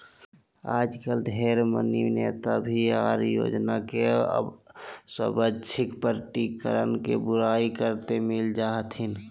आजकल ढेर मनी नेता भी आय योजना के स्वैच्छिक प्रकटीकरण के बुराई करते मिल जा हथिन